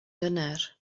gynnar